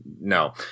no